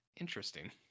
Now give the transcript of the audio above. interesting